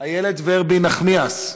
נחמיאס ורבין,